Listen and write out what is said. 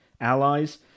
allies